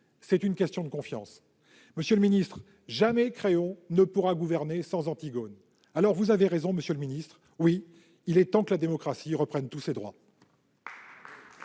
C'est une question de confiance. Jamais Créon ne pourra gouverner sans Antigone. Vous avez raison, monsieur le ministre, oui, il est temps que la démocratie reprenne tous ses droits